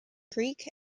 creek